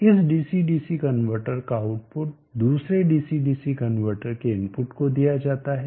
इस DC DC converter का output दूसरे डीसी डीसी कनवर्टर के इनपुट को दिया जाता है